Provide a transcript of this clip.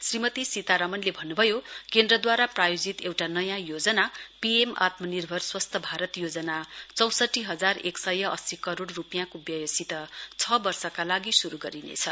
श्रीमती सीतारामनले भन्नुभयो एउटा नयाँ केन्द्रद्वारा प्रायोजित योजना पीएम आत्मनिर्भर स्वस्थ भारत योजना चौंसठी हजार एक सय अस्सी करोड रूपियाँको व्ययसित छ वर्षका लागि श्रू गरिनेछ